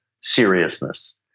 seriousness